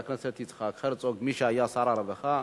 חבר הכנסת יצחק הרצוג, מי שהיה שר הרווחה.